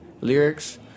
lyrics